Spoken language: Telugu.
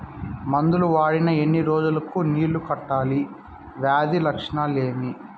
మందులు వాడిన ఎన్ని రోజులు కు నీళ్ళు కట్టాలి, వ్యాధి లక్షణాలు ఏమి?